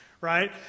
right